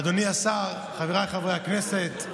אדוני השר, חבריי חברי הכנסת,